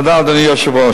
תודה, אדוני היושב-ראש.